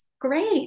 great